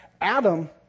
Adam